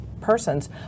persons